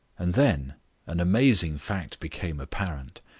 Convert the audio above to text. and then an amazing fact became apparent.